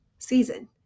season